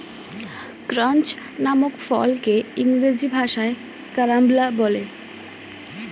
ক্রাঞ্চ নামক ফলকে ইংরেজি ভাষায় কারাম্বলা বলে